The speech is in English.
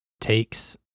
takes